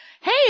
hey